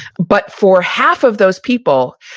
but for half of those people,